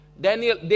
Daniel